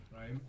right